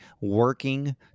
working